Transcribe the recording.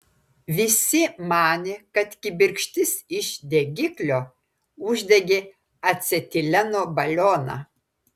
visi manė kad kibirkštis iš degiklio uždegė acetileno balioną